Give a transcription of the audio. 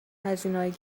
هزینههای